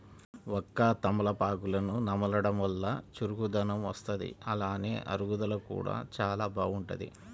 వక్క, తమలపాకులను నమలడం వల్ల చురుకుదనం వత్తది, అలానే అరుగుదల కూడా చానా బాగుంటది